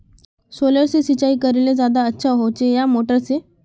Solar से सिंचाई करले ज्यादा अच्छा होचे या मोटर से?